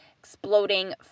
exploding